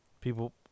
people